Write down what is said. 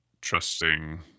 trusting